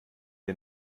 wir